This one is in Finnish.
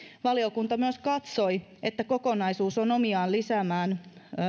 valiokunta myös katsoi että kokonaisuus on omiaan lisäämään